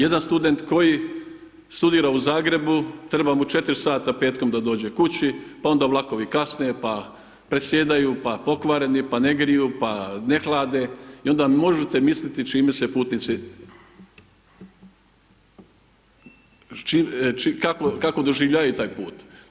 Jedan student koji studira u Zagrebu, treba mu 4 sata petkom da dođe kući, pa onda vlakovi kasne, pa presjedaju, pa pokvareni, pa ne griju, pa ne hlade i onda možete misliti čime se putnici, kako doživljavaju taj put.